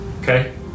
Okay